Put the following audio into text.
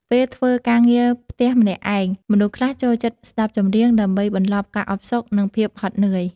ពេលធ្វើការងារផ្ទះម្នាក់ឯង មនុស្សខ្លះចូលចិត្តស្ដាប់ចម្រៀង ដើម្បីបន្លប់ការអផ្សុក និង ភាពហត់នឿយ។